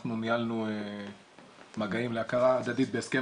אנחנו ניהלנו מגעים להכרה הדדית בהסכם